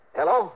Hello